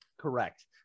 Correct